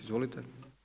Izvolite.